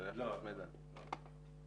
אלה כללי אבטחת מידע.